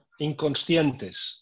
inconscientes